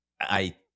I-